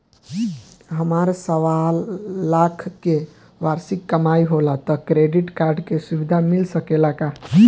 हमार सवालाख के वार्षिक कमाई होला त क्रेडिट कार्ड के सुविधा मिल सकेला का?